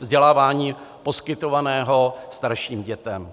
vzdělávání poskytovaného starším dětem.